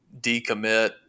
decommit